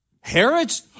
Herod's